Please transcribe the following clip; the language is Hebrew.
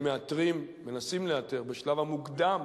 מנסים לאתר בשלב המוקדם